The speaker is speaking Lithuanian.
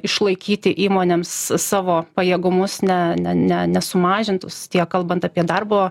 išlaikyti įmonėms savo pajėgumus ne ne ne nesumažintus tiek kalbant apie darbo